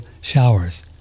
showers